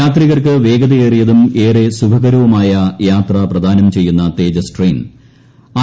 യാത്രികർക്ക് വേഗതയേറിയതും ഏറെ സുഖകരവുമായ യാത്ര പ്രദാനം ചെയ്യുന്ന തേജസ് ട്രെയിൻ ഐ